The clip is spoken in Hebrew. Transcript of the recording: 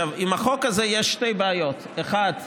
עם החוק הזה יש שתי בעיות: אחד,